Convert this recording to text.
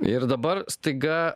ir dabar staiga